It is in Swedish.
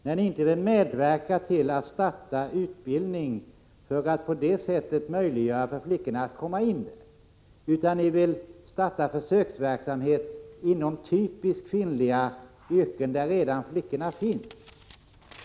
Ni vill ju inte medverka till att starta utbildningar för att på det sättet möjliggöra för flickorna att komma in på mansdominerade områden, utan ni vill starta försöksverksamhet inom typiskt kvinnliga yrken där flickorna redan finns.